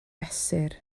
fesur